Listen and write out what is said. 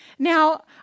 Now